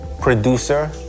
producer